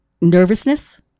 nervousness